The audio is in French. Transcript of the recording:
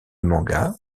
manga